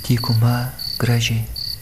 dykuma graži